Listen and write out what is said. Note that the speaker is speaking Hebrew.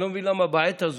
אני לא מבין למה בעת הזו,